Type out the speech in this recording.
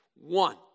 One